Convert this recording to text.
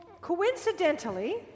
coincidentally